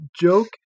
joke